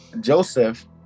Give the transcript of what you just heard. Joseph